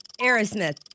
Aerosmith